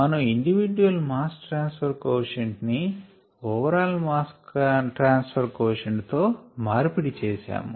మనం individual mass transfer quotient ని overall mass transfer quotient తో మార్పిడి చేసాము